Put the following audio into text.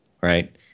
right